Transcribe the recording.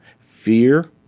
Fear